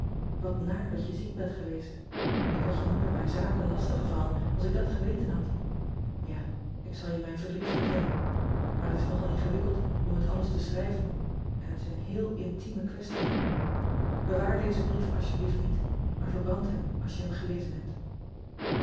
naar dat je ziek bent geweest k had je niet met mijn zaken lastig gevallen als ik dat geweten had a ik zal je mijn verdriet vertellen aar het is nogal ingewikkeld om het alles te schrijven en het is een héél intieme kwestie ewaar dozen brief alsjeblieft niet maar verbrand hem als je hem gelezen hebt